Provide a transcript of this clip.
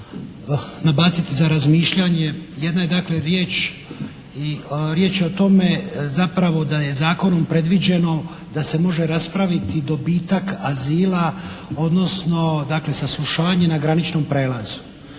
nabaciti za razmišljanje. Jedna je dakle riječ, riječ je o tome zapravo da je zakonom predviđeno da se može raspraviti dobitak azila, odnosno dakle saslušanje na graničnom prijelazu.